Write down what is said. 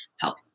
help